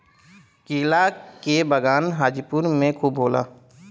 केला के बगान हाजीपुर में खूब होला